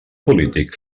polític